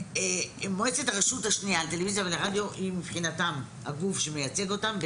שמועצת הרשות השנייה לטלוויזיה ולרדיו הם הגוף שמבחינתם מייצג אותם.